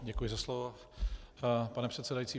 Děkuji za slovo, pane předsedající.